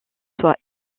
soient